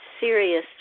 serious